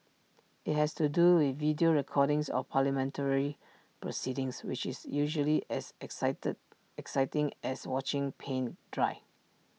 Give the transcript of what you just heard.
IT has to do with video recordings of parliamentary proceedings which is usually as exciting as watching paint dry